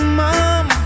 mom